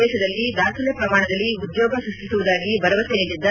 ದೇಶದಲ್ಲಿ ದಾಖಲೆ ಪ್ರಮಾಣದಲ್ಲಿ ಉದ್ಯೋಗ ಸೃಷ್ಷಿಸುವುದಾಗಿ ಭರವಸೆ ನೀಡಿದ್ದ